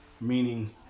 meaning